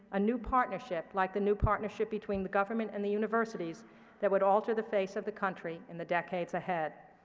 a new partnership like the new partnership between the government and the universities that would alter the face of the country in the decades ahead.